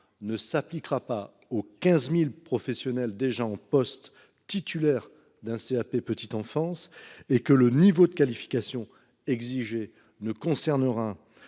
ne s’appliquera pas aux 15 000 professionnels déjà en poste qui sont titulaires d’un CAP petite enfance et que le niveau de qualification exigé ne s’appliquera